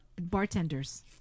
Bartenders